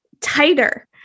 tighter